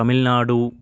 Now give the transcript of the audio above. Tamil Nadu